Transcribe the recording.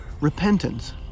repentance